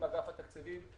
עם אגף התקציבים,